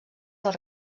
del